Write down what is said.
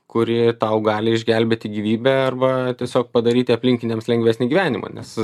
kuri tau gali išgelbėti gyvybę arba tiesiog padaryti aplinkiniams lengvesnį gyvenimą nes